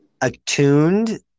attuned